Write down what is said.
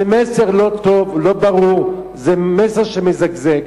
זה מסר לא טוב, לא ברור, זה מסר שמזגזג.